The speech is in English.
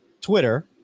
Twitter